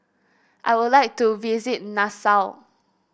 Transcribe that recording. I would like to visit Nassau